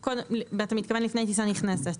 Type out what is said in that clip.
אתה מתכוון לפני טיסה נכנסת.